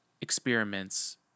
experiments